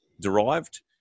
derived